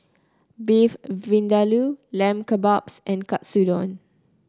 Beef Vindaloo Lamb Kebabs and Katsudon